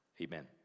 Amen